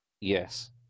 Yes